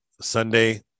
Sunday